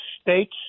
states